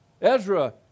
Ezra